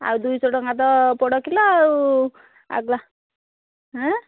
ଆଉ ଦୁଇଶହ ଟଙ୍କା ତ ପୋଡ଼ କିଲୋ ଆଉ ଆଁ